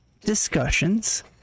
discussions